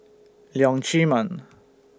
Leong Chee Mun